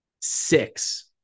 six